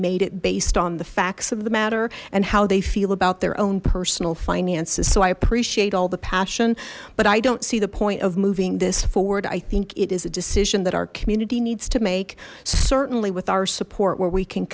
made it based on the facts of the matter and how they feel about their own personal finances so i appreciate all the passion but i don't see the point of moving this forward i think it is a decision that our community needs to make certainly with our support where we can